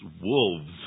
wolves